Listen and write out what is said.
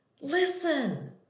listen